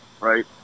right